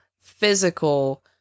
physical